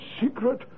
secret